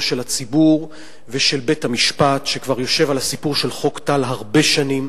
של הציבור ושל בית-המשפט שכבר יושב על הסיפור של חוק טל הרבה שנים.